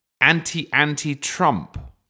anti-anti-Trump